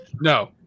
no